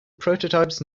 prototypes